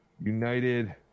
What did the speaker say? United